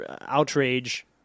outrage